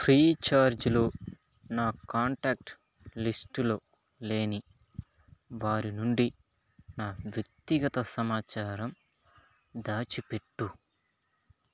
ఫ్రీచార్జ్లో నా కాంటాక్ట్ లిస్టులో లేని వారి నుండి నా వ్యక్తిగత సమాచారం దాచిపెట్టు